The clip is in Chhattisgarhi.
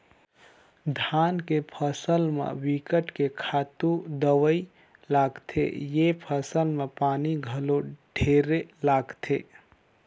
धान के फसल म बिकट के खातू दवई लागथे, ए फसल में पानी घलो ढेरे लागथे